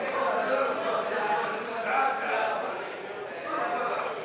וקבוצת סיעת מרצ לסעיף 2 לא נתקבלה.